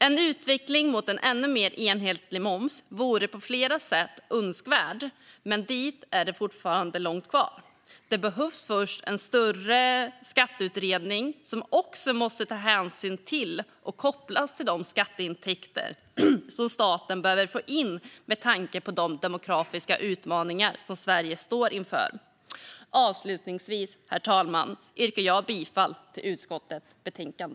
En utveckling mot en ännu mer enhetlig moms vore på flera sätt önskvärd, men dit är det fortfarande långt kvar. Det behövs först en större skatteutredning som också måste ta hänsyn till och kopplas till de skatteintäkter som staten behöver få in med tanke på de demografiska utmaningar som Sverige står inför. Avslutningsvis, herr talman, yrkar jag bifall till utskottets förslag.